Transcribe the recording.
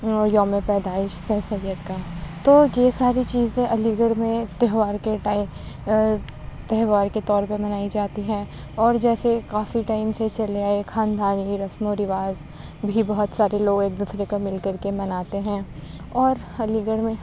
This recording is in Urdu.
یوم پیدائش سر سید کا تو یہ ساری چیزیں علی گڑھ میں تہوار کے ٹائم تہوار کے طور پہ منائی جاتی ہیں اور جیسے کافی ٹائم سے چلے آئے خاندان کی رسم و رواج بھی بہت سارے لوگ ایک دوسرے کا مل کر کے مناتے ہیں اور علی گڑھ میں